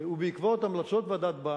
ובעקבות המלצות ועדת-ביין,